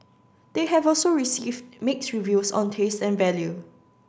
they have also received mixed reviews on taste and value